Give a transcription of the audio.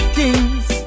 kings